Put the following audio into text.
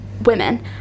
women